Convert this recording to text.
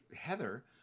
Heather